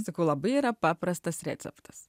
sakau labai yra paprastas receptas